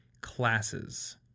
classes